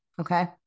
Okay